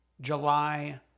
July